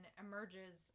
emerges